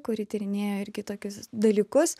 kuri tyrinėjo irgi tokius dalykus